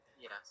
yes